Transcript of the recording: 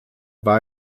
war